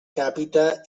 càpita